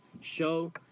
show